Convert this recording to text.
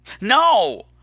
No